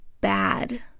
bad